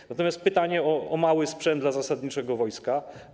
Mam natomiast pytanie o mały sprzęt dla zasadniczego wojska.